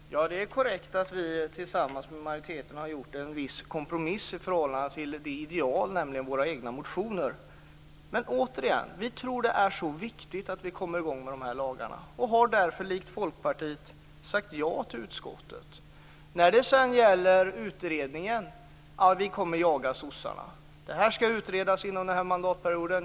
Fru talman! Ja, det är korrekt att vi tillsammans med majoriteten har gjort en viss kompromiss i förhållande till det ideala, nämligen våra egna motioner. Men återigen: Vi tror att det är viktigt att komma i gång med de här lagarna och har därför, likt Folkpartiet, sagt ja till utskottet. När det sedan gäller utredningen kommer vi att jaga sossarna. Det här skall utredas inom den här mandatperioden.